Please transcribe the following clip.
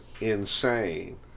insane